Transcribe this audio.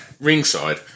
ringside